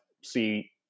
see